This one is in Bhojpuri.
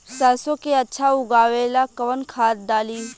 सरसो के अच्छा उगावेला कवन खाद्य डाली?